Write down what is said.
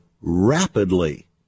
rapidly